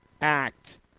act